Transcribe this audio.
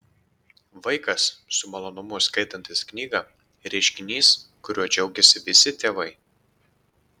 vaikas su malonumu skaitantis knygą reiškinys kuriuo džiaugiasi visi tėvai